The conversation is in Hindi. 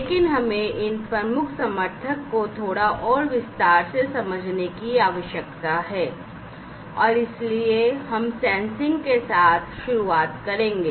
लेकिन हमें इन प्रमुख समर्थक को थोड़ा और विस्तार से समझने की आवश्यकता है और इसलिए हम सेंसिंग के साथ शुरुआत करेंगे